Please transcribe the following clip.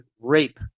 rape